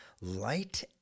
Light